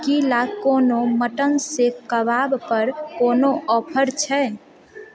की ला कार्न मटन सीक कबाब पर कोनो ऑफर छै